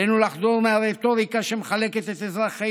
עלינו לחדול מהרטוריקה שמחלקת את אזרחי